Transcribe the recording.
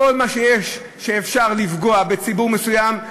כל מה שמאפשר לפגוע בציבור מסוים,